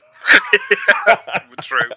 true